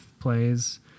plays